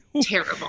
terrible